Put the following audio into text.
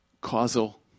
causal